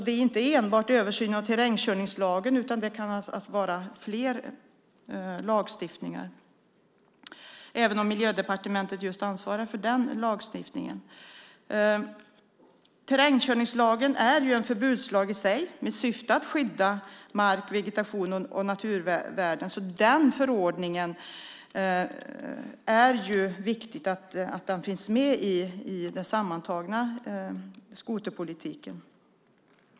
Det är inte enbart fråga om översyn av terrängkörningslagen utan det kan vara fråga om fler lagstiftningar. Men Miljödepartementet ansvarar för just den lagstiftningen. Terrängkörningslagen är en förbudslag i sig med syfte att skydda mark, vegetation och naturvärden. Det är viktigt att den förordningen finns med i den sammantagna skoterpolitiken.